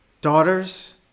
Daughters